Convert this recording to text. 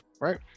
right